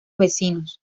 vecinos